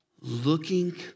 Looking